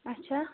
اچھا